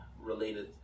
related